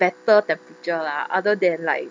better temperature lah other than like